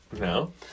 No